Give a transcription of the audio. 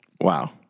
Wow